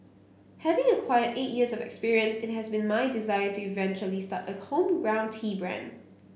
having acquired eight years of experience it has been my desire to eventually start a homegrown tea brand